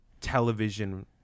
television